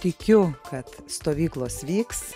tikiu kad stovyklos vyks